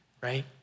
right